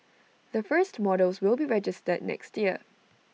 the first models will be registered next year